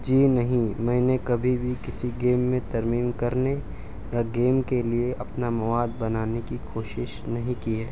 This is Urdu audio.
جی نہیں میں نے کبھی بھی کسی گیم میں ترمیم کرنے یا گیم کے لیے اپنا مواد بنانے کی کوشش نہیں کی ہے